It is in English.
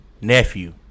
nephew